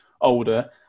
older